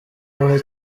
uwuhe